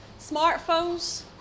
smartphones